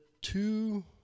two